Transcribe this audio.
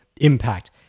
impact